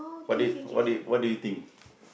what do what do what do you think